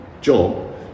job